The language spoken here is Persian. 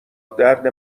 درد